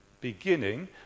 beginning